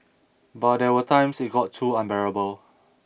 but there were times it got too unbearable